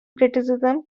criticism